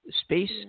Space